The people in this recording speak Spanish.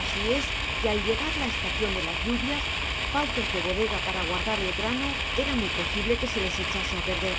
asi es que al llegar la estacion de las lluvias faltos de bodega para guardar el grano era muy posible que se les echase á perder